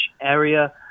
area